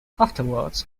afterwards